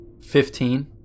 Fifteen